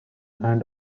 and